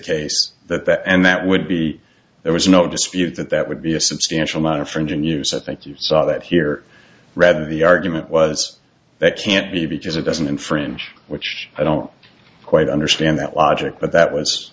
case that that and that would be there was no dispute that that would be a substantial amount of fringe and use i think you saw that here read the argument was that can't be because it doesn't infringe which i don't quite understand that logic but that was